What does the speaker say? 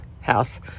house